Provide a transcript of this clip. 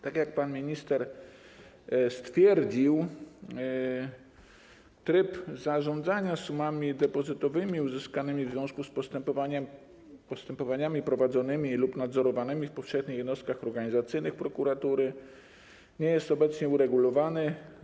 Tak jak pan minister stwierdził, tryb zarządzania sumami depozytowymi uzyskanymi w związku z postępowaniami prowadzonymi lub nadzorowanymi w powszechnych jednostkach organizacyjnych prokuratury nie jest obecnie uregulowany.